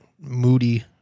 moody